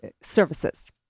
services